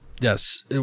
yes